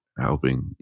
helping